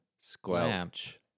Squelch